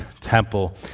temple